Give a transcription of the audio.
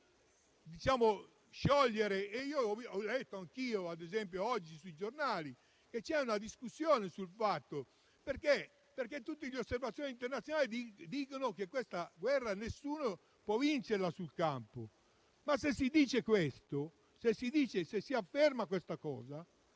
Ho letto anch'io oggi sui giornali che vi è una discussione in corso sul fatto che tutti gli osservatori internazionali affermano che questa guerra nessuno può vincerla sul campo. Ma se si dice questo e si afferma questa cosa,